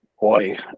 Boy